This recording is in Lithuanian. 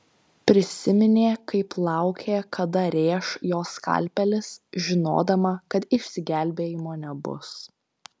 prisiminė kaip laukė kada rėš jo skalpelis žinodama kad išsigelbėjimo nebus